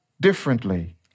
differently